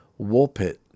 Woolpit